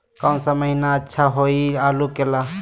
कौन सा महीना अच्छा होइ आलू के ला?